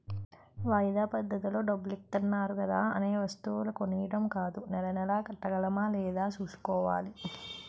వాయిదా పద్దతిలో డబ్బులిత్తన్నారు కదా అనే వస్తువులు కొనీడం కాదూ నెలా నెలా కట్టగలమా లేదా సూసుకోవాలి